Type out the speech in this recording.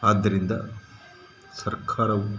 ಆದ್ದರಿಂದ ಸರ್ಕಾರವು